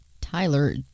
Tyler